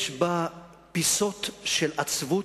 יש בה פיסות של עצבות,